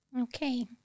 okay